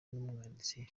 n’umwanditsi